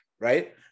right